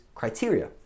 criteria